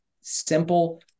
simple